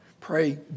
Pray